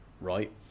Right